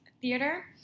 Theater